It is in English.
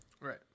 right